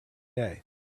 day